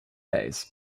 days